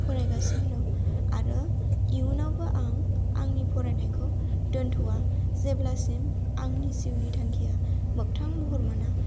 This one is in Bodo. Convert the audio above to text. फरायगासिनो दं आरो इयुनावबो आं आंनि फरायनायखौ दोनथ'आ जेब्लासिम आंनि जिउनि थांखिया मोखथां महर मोना